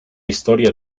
historia